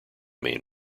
main